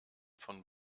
von